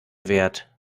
wert